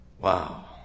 wow